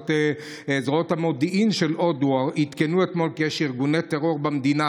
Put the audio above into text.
זרועות המודיעין של הודו עדכנו אתמול שיש ארגוני טרור במדינה